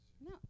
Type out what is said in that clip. no